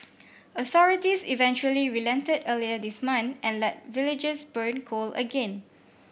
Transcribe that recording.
authorities eventually relented earlier this month and let villagers burn coal again